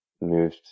moved